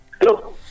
Hello